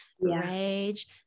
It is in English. rage